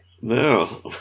No